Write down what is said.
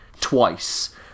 Twice